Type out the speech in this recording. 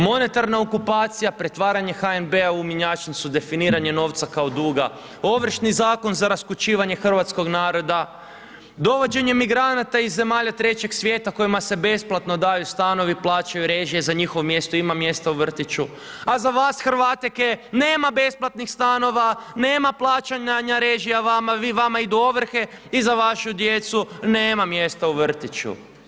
Monetarna okupacija, pretvaranje HNB-a u mjenjačnicu, definiranje novca kao duga, ovršni zakon za raskućivanje hrvatskog naroda, dovođenje migranata iz zemalja trećeg svijeta kojima se besplatno daju stanovi, plaćaju režije, za ... ima mjesta u vrtiću, a za vas Hrvateke nema besplatnih stanova, nema plaćanja, plaćanja režija vama, vama idu ovrhe, i za vašu djecu nema mjesta u vrtiću.